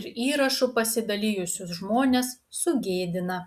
ir įrašu pasidalijusius žmones sugėdina